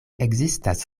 ekzistas